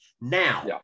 now